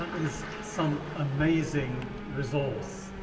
is some amazing resource.